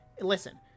listen